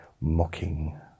mocking